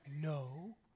no